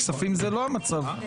בכספים זה לא המצב.